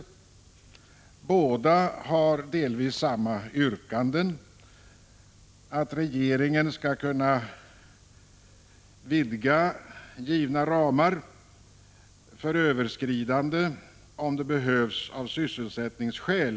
Motionerna innehåller delvis samma yrkanden: att regeringen vid byggande av samfundslokaler skall kunna överskrida de givna ramarna, om det behövs av sysselsättningsskäl.